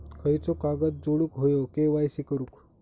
खयचो कागद जोडुक होयो के.वाय.सी करूक?